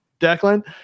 Declan